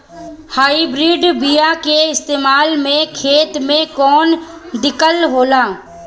Hybrid बीया के इस्तेमाल से खेत में कौन दिकत होलाऽ?